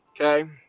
Okay